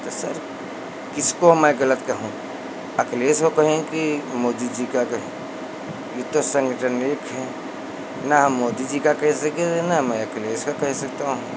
तो सर किसको मैं गलत कहूँ अखिलेश को कहें कि मोदी जी को कहें यह तो संगठन एक हैं न हम मोदी जी का कह सकते हैं न मैं अखिलेश काे कह सकता हूँ